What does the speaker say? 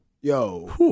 yo